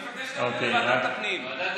אני מבקש את ועדת הפנים.